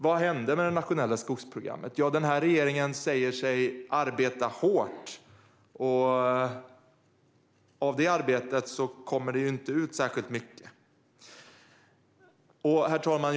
Vad hände med det nationella skogsprogrammet? Den här regeringen säger sig arbeta hårt, men av det arbetet kommer det ju inte ut särskilt mycket. Herr talman!